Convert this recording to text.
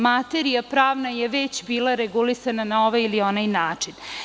Pravna materija je već bila regulisana na ovaj ili onaj način.